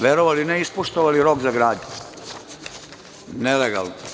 Verovali ili ne, ispoštovali su rok za gradnju, nelegalnu.